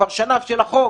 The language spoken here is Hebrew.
ופרשניו של החוק